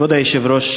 כבוד היושב-ראש,